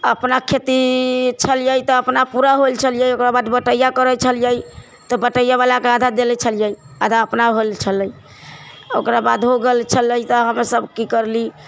अपना खेती छलियै तऽ अपना पूरा हो छलियै ओकरा बाद बटैया करै छलियै तऽ बटैयावला के आधा देले छलियै आधा अपना भेल छलै ओकरा बाद हो गेल छलै तऽ हमे सब की करली